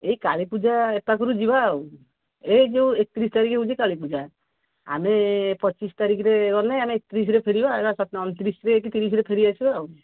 ଏଇ କାଳୀପୂଜା ଏ ପାଖରୁ ଯିବା ଆଉ ଏଇ ଯୋଉ ଏକତିରିଶ ତାରିଖ ହେଉଛି କାଳୀପୂଜା ଆମେ ପଚିଶ ତାରିଖରେ ଗଲେ ଆମେ ଏକତିରିଶରେ ଫେରିବା ଅଣତିରିଶରେ ଫେରି ଆସିବା ଆଉ